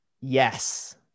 Yes